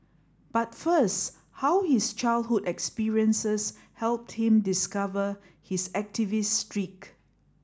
but first how his childhood experiences helped him discover his activist streak